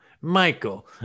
Michael